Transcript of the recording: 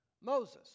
Moses